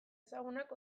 ezagunak